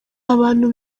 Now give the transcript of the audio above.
abantu